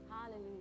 Hallelujah